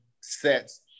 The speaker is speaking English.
sets